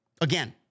Again